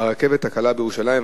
על הרכבת הקלה בירושלים.